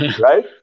right